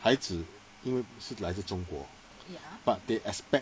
孩子因为是来自中国 but they expect